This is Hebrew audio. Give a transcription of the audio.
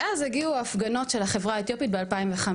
ואז הגיעו ההפגנות של החברה האתיופית ב-2015,